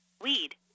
weed